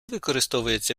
використовується